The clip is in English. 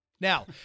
Now